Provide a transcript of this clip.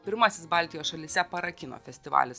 pirmasis baltijos šalyse para kino festivalis